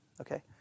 Okay